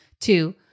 two